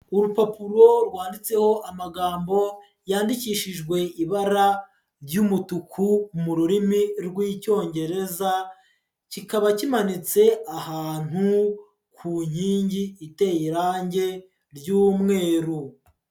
Urupapuro rwanditseho amagambo yandikishijwe ibara ry'umutuku mu rurimi rw'Icyongereza, kikaba kimanitse ahantu ku nkingi iteye irange ry'umweru.